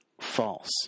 false